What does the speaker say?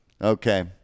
Okay